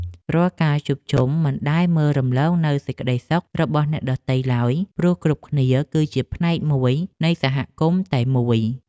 រាល់ការជួបជុំមិនដែលមើលរំលងនូវសេចក្ដីសុខរបស់អ្នកដទៃឡើយ ព្រោះគ្រប់គ្នាគឺជាផ្នែកមួយនៃសហគមន៍តែមួយ។